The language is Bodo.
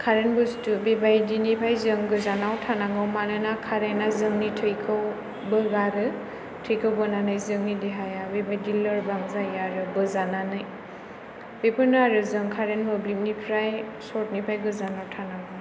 कारेन्त बुस्थु बिबायदिनिफ्राय जों गोजानाव थानांगौ मानोना कारेन्ता जोंनि थैखौ बोगारो थैखौ बोनानै जोंनि देहाया बिबादि लोरबां जायो आरो बोजानानै बेफोरनो आरो जों कारेन्त मोब्लिबनिफ्राय चर्ट निफ्राय गोजानाव थानांगौ